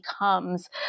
becomes